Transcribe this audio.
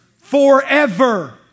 forever